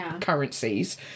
currencies